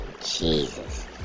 Jesus